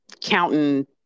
counting